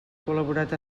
col·laborat